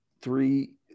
three